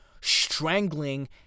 strangling